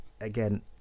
Again